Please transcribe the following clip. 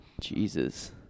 Jesus